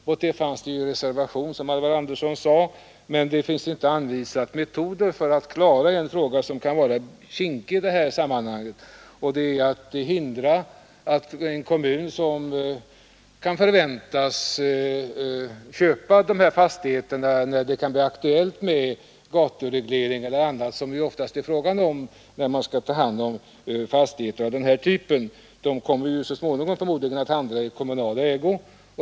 Mot det fanns en reservation, som Alvar Andersson sade, men det anvisades inga metoder för att klara en fråga som kan vara kinkig i sammanhanget. När det blir aktuellt med t.ex. gatureglering, som det ofta är fråga om, kommer de här fastigheterna förmodligen att hamna i kommunal ägo.